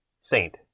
Saint